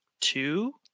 two